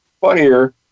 funnier